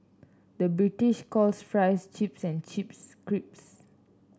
the British calls fries chips and chips crips